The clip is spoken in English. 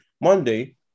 Monday